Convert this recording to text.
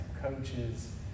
coaches